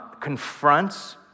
confronts